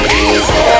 easy